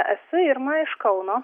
esu irma iš kauno